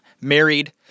Married